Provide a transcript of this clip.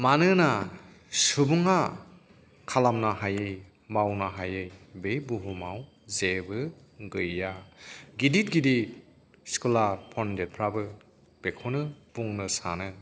मानोना सुबुंआ खालामनो हायै मावनो हायै बे बुहुमाव जेबो गैया गिदिर गिदिर स्कलार पन्दितफ्राबो बेखौनो बुंनो सानो